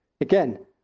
again